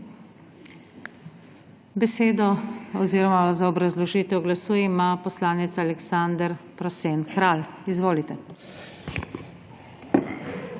Besedo za obrazložitev glasu ima poslanec Aleksander Prosen Kralj. Izvolite.